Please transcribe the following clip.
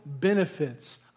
benefits